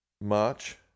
March